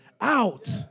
out